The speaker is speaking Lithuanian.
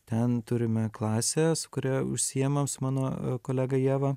ten turime klasę su kuria užsiimam su mano kolega ieva